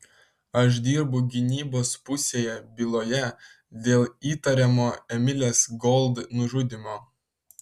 aš dirbu gynybos pusėje byloje dėl įtariamo emilės gold nužudymo